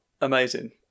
Amazing